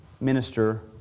minister